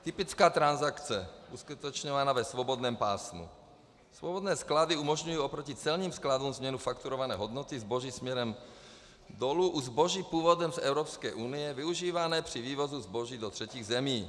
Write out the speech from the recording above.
Typická transakce, uskutečňovaná ve svobodném pásmu: Svobodné sklady umožňují oproti celním skladům změnu fakturované hodnoty zboží směrem dolů u zboží původem z Evropské unie, využívané při vývozu zboží do třetích zemí.